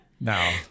No